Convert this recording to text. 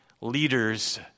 leaders